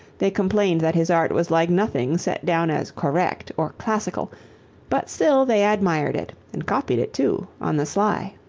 they complained that his art was like nothing set down as correct or classical but still they admired it and copied it, too, on the sly.